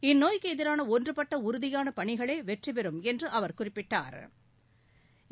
இந்நோய்க்கு எதிரான ஒன்றுபட்ட உறுதியான பணிகளே வெற்றி பெறும் என்று அவர் குறிப்பிட்டாள்